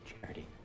Charity